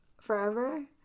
forever